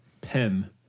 Pen